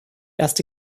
erste